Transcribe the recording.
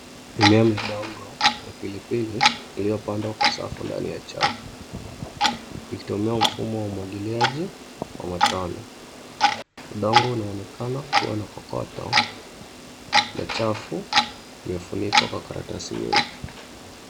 Mimea midogo ya pilipili iliyopandwa kwa safu ndani ya chafu ikitumia mfumo wa umwagiliaji wa matone. Udongo unaonekana kuwa na kokoto na chafu imefunikwa kwa karatasi nyeupe.